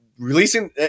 releasing